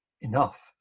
enough